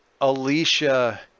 Alicia